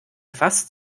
fast